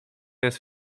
jest